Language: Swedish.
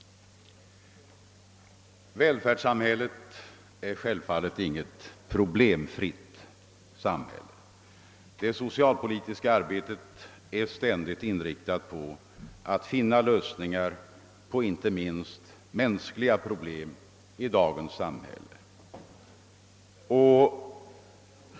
Välfärdssamhället är självfallet inte problemfritt, och det socialpolitiska arbetet är ständigt inriktat på att finna lösningar inte minst på mänskliga problem i dagens samhälle.